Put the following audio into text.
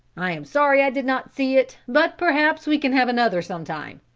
i am sorry i did not see it but perhaps we can have another sometime.